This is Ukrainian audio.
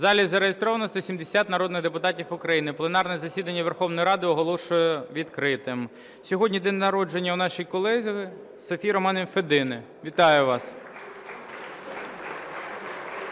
В залі зареєстровано 170 народних депутатів України. Пленарне засідання Верховної Ради оголошую відкритим. Сьогодні день народження у нашої колеги Софії Романівни Федини. Вітаю вас!